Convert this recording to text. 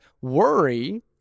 worry